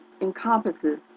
encompasses